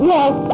Yes